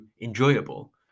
enjoyable